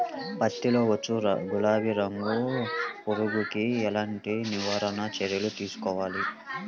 పత్తిలో వచ్చు గులాబీ రంగు పురుగుకి ఎలాంటి నివారణ చర్యలు తీసుకోవాలి?